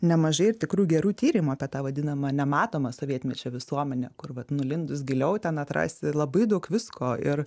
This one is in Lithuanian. nemažai ir tikrų gerų tyrimų apie tą vadinamą nematomą sovietmečio visuomenę kur vat nulindus giliau ten atrasi labai daug visko ir